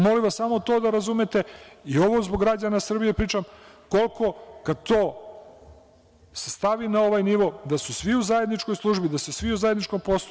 Molim vas, samo to da razumete i ovo zbog građana Srbije samo pričam koliko kada se to stavi na ovaj nivo, da su svi u zajedničkoj službi, da su svi u zajedničkom poslu.